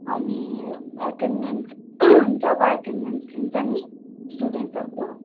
अनि एटेन्डेन्स जब एटेन्डेन्स लिन्छ नि स्टुडेन्ट्सहरूको